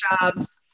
jobs